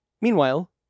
Meanwhile